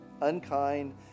unkind